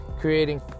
creating